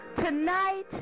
Tonight